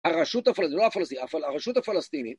הרשות, לא הפלסטינית, הרשות הפלסטינית